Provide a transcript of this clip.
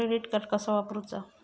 Credit card कसा वापरूचा?